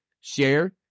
share